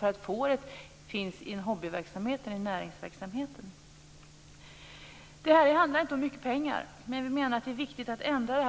om fåret finns i hobbyverksamheten än om det finns i näringsverksamheten. Det handlar inte om mycket pengar, men det är viktigt att ändra det här.